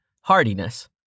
hardiness